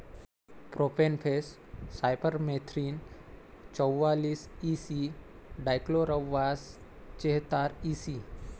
profenofos cypermethrin चौवालीस E C dichlorvos चेहतार EC